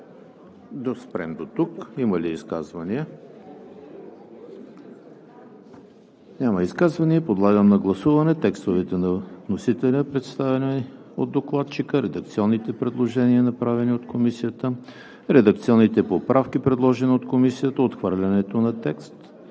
Да спрем дотук. Има ли изказвания? Няма. Подлагам на гласуване: текстовете на вносителя, представени от докладчика; редакционните предложения, направени от Комисията; редакционните поправки, предложени от Комисията; отхвърлянето на текст